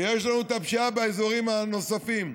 ויש לנו את הפשיעה באזורים הנוספים.